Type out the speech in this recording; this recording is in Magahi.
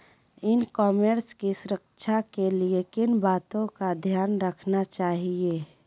ई कॉमर्स की सुरक्षा के लिए किन बातों का ध्यान रखना चाहिए?